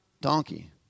donkey